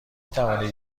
توانید